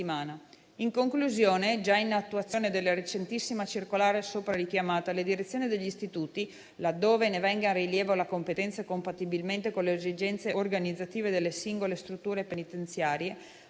In conclusione, già in attuazione della recentissima circolare soprarichiamata, le direzioni degli istituti, laddove ne venga a rilievo la competenza e compatibilmente con le esigenze organizzative delle singole strutture penitenziarie,